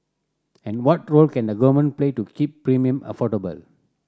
and what role can the Government play to keep premium affordable